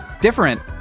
different